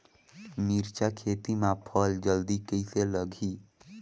मिरचा खेती मां फल जल्दी कइसे लगही?